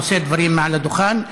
נושא דברים מעל הדוכן.